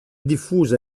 diffusa